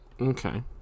Okay